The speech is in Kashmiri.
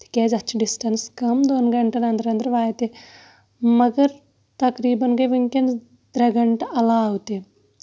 تِکیازِ اَتھ چھُ ڈِسٹَنس کَم دۄن گَنٹن اَندر اَندر واتہِ مَگرتقریٖبَن گٔے وٕنکیٚس ترٛےٚ گَنٹہٕ علاوٕ تہٕ